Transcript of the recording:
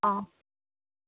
অঁ